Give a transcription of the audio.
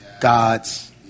God's